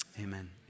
amen